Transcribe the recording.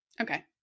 Okay